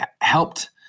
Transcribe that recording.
helped